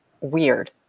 weird